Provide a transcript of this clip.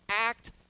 act